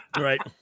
Right